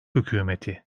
hükümeti